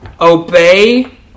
Obey